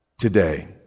today